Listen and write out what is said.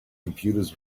computers